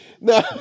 No